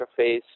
interface